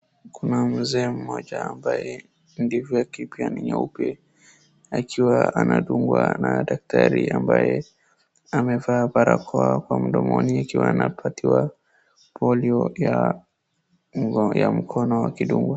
Kuna mzee mmoja ambaye ndevu yake pia ni nyeupe akiwa anadungwa na daktari ambaye amevaa barakoa kwa mdomoni ikiwa anapatiwa polio ya mkono akidungwa.